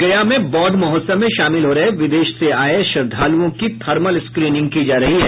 गया में बौद्ध महोत्सव में शामिल हो रहे विदेश से आये श्रद्वालुओं की थर्मल स्क्रीनिंग की जा रही है